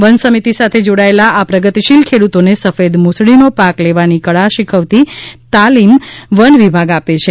one સમિતિ સાથે જોડાયેલા આ પ્રગતિશીલ ખેડૂતોને સફેદ મૂસળીનો પાક લેવાની કળા શીખવતી તમામ તાલીમ વન વિભાગ આપે છે